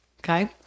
Okay